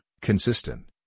consistent